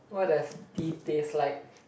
what does tea taste like